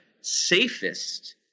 safest